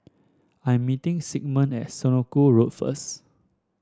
I am meeting Sigmund at Senoko Road first